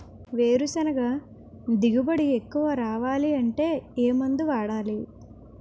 వేరుసెనగ దిగుబడి ఎక్కువ రావాలి అంటే ఏ మందు వాడాలి?